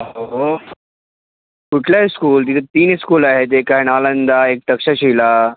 अहो कुठलं हायस्कूल तिथे तीन स्कूल आहेत एक आहे नालंदा एक तक्षशिला